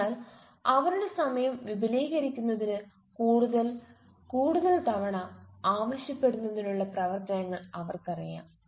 അതിനാൽ അവരുടെ സമയം വിപുലീകരിക്കുന്നതിന് കൂടുതൽ കൂടുതൽ തവണ ആവശ്യപ്പെടുന്നതിനുള്ള പ്രവർത്തനങ്ങൾ അവർക്കറിയാം